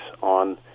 on